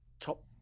top